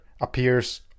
appears